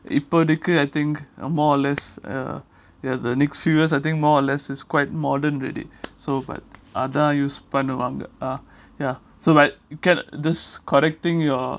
இப்போதைக்கு:ipothaiku I think more or less uh the next few years I think more or less it's quite modern already so but அதான்:adhan use பண்ணுவாங்க:pannuvanga ah ya so but ca~ correcting your